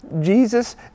Jesus